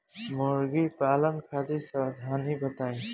मुर्गी पालन खातिर सावधानी बताई?